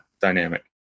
dynamic